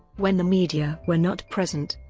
when the media were not present,